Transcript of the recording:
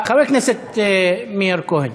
חבר הכנסת מאיר כהן.